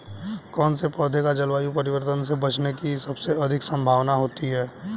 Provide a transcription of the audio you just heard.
कौन से पौधे को जलवायु परिवर्तन से बचने की सबसे अधिक संभावना होती है?